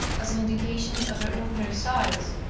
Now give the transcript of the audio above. as an in dication of their ordinary size,